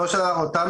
לא היינו